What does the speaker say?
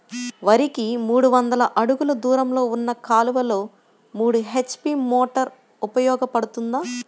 వరికి మూడు వందల అడుగులు దూరంలో ఉన్న కాలువలో మూడు హెచ్.పీ మోటార్ ఉపయోగపడుతుందా?